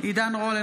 עידן רול,